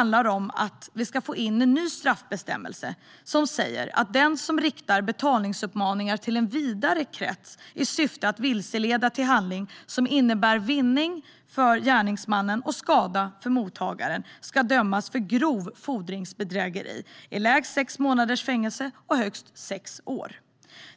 införandet av en ny straffbestämmelse som säger att den som riktar betalningsuppmaningar till en vidare krets i syfte att vilseleda till handling som innebär vinning för gärningsmannen och skada för mottagaren ska dömas för grovt fordringsbedrägeri till fängelse i lägst sex månader och högst sex år.